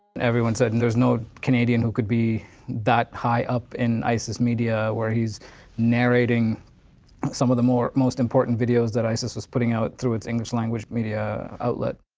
everyone said, and there's no canadian who could be that high up in isis media where he's narrating some of the most important videos that isis was putting out through its english language media outlet.